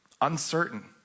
uncertain